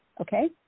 Okay